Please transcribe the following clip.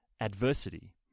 adversity